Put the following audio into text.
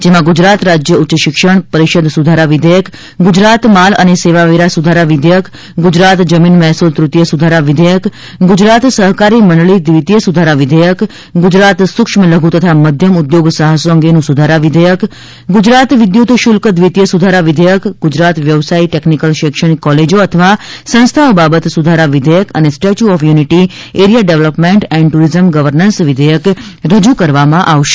જેમાં ગુજરાત રાજ્ય ઉચ્ચ શિક્ષણ પરિષદ સુધારા વિઘેયક ગુજરાત માલ અને સેવા વેરા સુધારા વિધેયક ગુજરાત જમીન મહેસુલ તૃતિય સુધારા વિધેયક ગુજરાત સહકારી મંડળી દ્વિતીય સુધારા વિધેયક ગુજરાત સુક્ષ્મ લધુ તથા મધ્યમ ઉદ્યોગ સાહસો અંગેનું સુધારા વિધેયક ગુજરાત વિદ્યુત શુલ્ક દ્વિતીય સુધારા વિધેયક ગુજરાત વ્યવસાયી ટેકનિકલ શૈક્ષણિક કોલેજો અથવા સંસ્થાઓ બાબત સુધારા વિધેયક અને statue of unity area development and tourism governance વિધેયક રજૂ કરવામાં આવશે